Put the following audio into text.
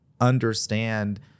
understand